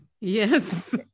Yes